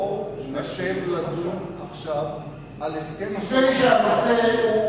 בואו נשב לדון עכשיו על הסכם מפני שהנושא הוא,